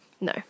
No